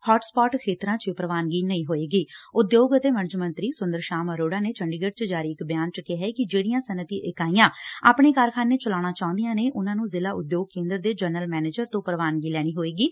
hot spot ਖੇਤਰਾਂ ਚ ਇਹ ਪ੍ਰਵਾਨਗੀ ਨਹੀਂ ਹੋਏਗੀ ਉਦਯੋਗ ਅਤੇ ਵਣਜ ਮੰਤਰੀ ਸੁੰਦਰ ਸ਼ਾਮ ਅਰੋੜਾ ਨੇ ਚੰਡੀਗੜੂ ਚ ਜਾਰੀ ਇਕ ਬਿਆਨ ਚ ਕਿਹੈ ਕਿ ਜਿਹੜੀਆਂ ਸੱਨਅਤੀ ਇਕਾਈਆਂ ਆਪਣੇ ਕਾਰਖ਼ਾਨੇ ਚਲਾਉਣਾ ਚਾਹੁੰਦੀਆਂ ਨੇ ਉਨੂਾ ਨੂੰ ਜ਼ਿਲ੍ਹਾ ਉਦਯੋਗ ਕੇਂਦਰ ਦੇ ਜਨਰਲ ਮੈਨੇਜਰ ਤੋਂ ਪ੍ਵਾਨਗੀ ਲੈਣੀ ਹੋਏਗੀ